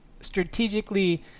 strategically